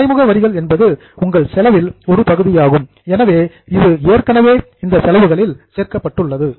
மறைமுக வரிகள் என்பது உங்கள் செலவில் ஒரு பகுதியாகும் எனவே இது ஏற்கனவே இந்த செலவுகளில் சேர்க்கப்பட்டுள்ளது